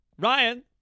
Ryan